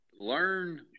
learn